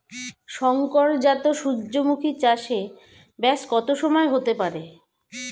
শংকর জাত সূর্যমুখী চাসে ব্যাস কত সময় হতে পারে?